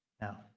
Now